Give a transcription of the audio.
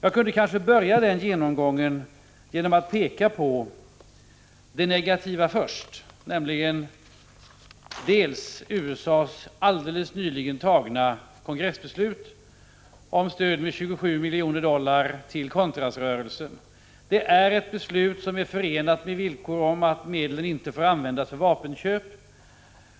Jag kunde kanske börja den genomgången genom att peka på det negativa först, nämligen USA:s alldeles nyligen tagna kongressbeslut om stöd med 27 miljoner dollar till Contrasrörelsen. Detta beslut är förenat med villkor om att medlen inte får användas till vapenköp,